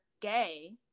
gay